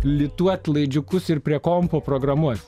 lituot laidžiukus ir prie kompo programuot